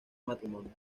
matrimonio